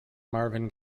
marvin